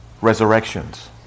resurrections